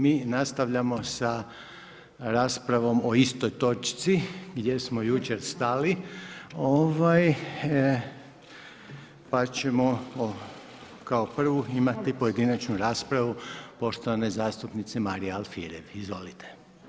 Mi nastavljamo sa raspravimo sa raspravom o istoj točci gdje smo jučer stali, pa ćemo kao prvu imati pojedinačnu raspravu poštovane zastupnice Marije Alfirev, izvolite.